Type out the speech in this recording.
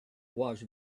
was